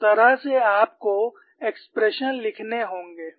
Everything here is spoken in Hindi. इस तरह से आपको एक्सप्रेशन लिखने होंगे